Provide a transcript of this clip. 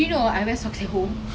can lah can